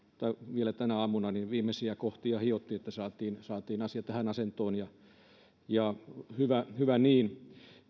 vielä tänä aamuna viimeisiä kohtia hiottiin että saatiin asia tähän asentoon ja hyvä niin